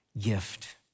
gift